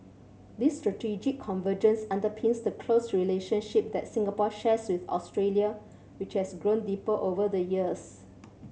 this strategic convergence underpins the close relationship that Singapore shares with Australia which has grown deeper over the years